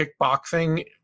kickboxing